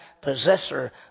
possessor